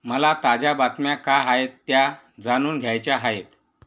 मला ताज्या बातम्या काय आहेत त्या जाणून घ्यायच्या आहेत